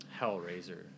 Hellraiser